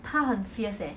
她很 fierce leh